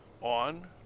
on